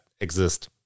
exist